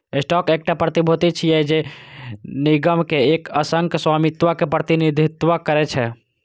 stock एकटा प्रतिभूति छियै, जे निगम के एक अंशक स्वामित्व के प्रतिनिधित्व करै छै